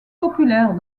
populaire